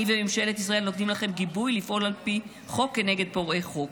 אני וממשלת ישראל נותנים לכם גיבוי לפעול על פי חוק נגד פורעי חוק.